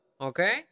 Okay